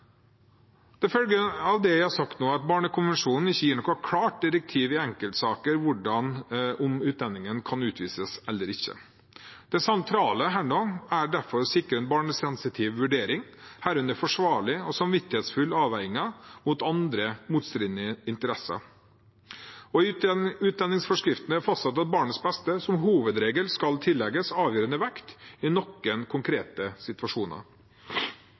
Det følger av det jeg har sagt nå, at barnekonvensjonen ikke gir noe klart direktiv i enkeltsaker om hvorvidt utlendingen kan utvises eller ikke. Det sentrale her er derfor å sikre en barnesensitiv vurdering, herunder forsvarlige og samvittighetsfulle avveininger mot andre, motstridende interesser. I utlendingsforskriften er det fastsatt at barnets beste som hovedregel skal tillegges avgjørende vekt i noen konkrete